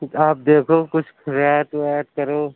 کچھ آپ دیکھو کچھ رعایت وعایت کرو